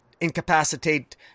incapacitate